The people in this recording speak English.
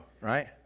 right